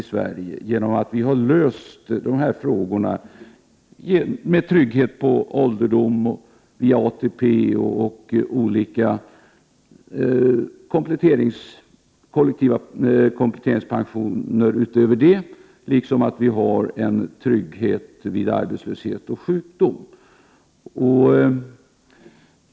I Sverige har vi ju löst ålderdomstryggheten genom ATP och olika kollektiva kompletteringspensioner. Vidare har vi ju trygghet vid arbetslöshet och sjukdom.